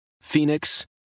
Phoenix